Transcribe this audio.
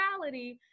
reality